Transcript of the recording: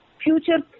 future